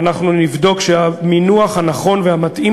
ואנחנו נבדוק שהמינוח הנכון והמתאים